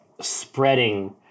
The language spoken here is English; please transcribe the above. spreading